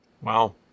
Wow